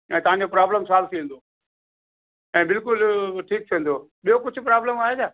ऐं तव्हां जो प्रॉब्लम सोल्व थी वेंदो ऐं बिल्कुलु ठीकु थी वेंदो ॿियो कुझु प्रॉब्लम आहे छा